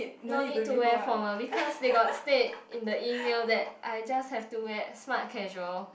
no need to wear formal because they got state in the email that I just have to wear smart casual